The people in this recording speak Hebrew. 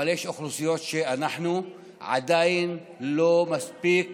אבל יש אוכלוסיות שאנחנו עדיין לא מספיק